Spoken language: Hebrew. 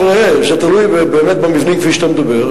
ראה, זה תלוי באמת במבנים, כפי שאתה מדבר,